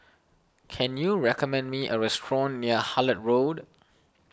can you recommend me a restaurant near Hullet Road